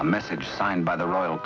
a message signed by the royal